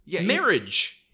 marriage